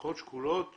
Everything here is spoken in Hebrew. ומשפחות שכולות פחות,